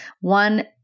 one